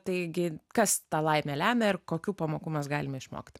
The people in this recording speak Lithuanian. taigi kas tą laimę lemia ir kokių pamokų mes galime išmokti